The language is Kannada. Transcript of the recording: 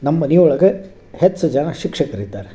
ನಮ್ಮ ಮನೆ ಒಳಗೆ ಹೆಚ್ಚು ಜನ ಶಿಕ್ಷಕರಿದ್ದಾರೆ